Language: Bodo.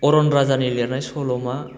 अर'न राजानि लिरनाय सल'मा